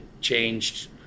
changed